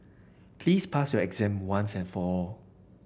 please pass your exam once and for all